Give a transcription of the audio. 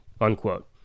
unquote